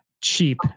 cheap